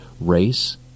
race